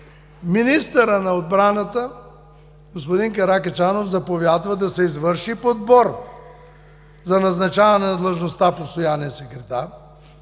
министърът на отбраната господин Каракачанов заповядва да се извърши подбор за назначаване на длъжността „Постоянен секретар”,